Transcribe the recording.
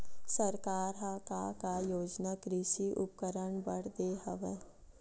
सरकार ह का का योजना कृषि उपकरण बर दे हवय?